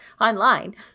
online